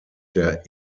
der